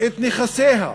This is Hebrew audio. את נכסיה.